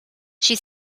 she